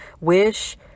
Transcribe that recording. Wish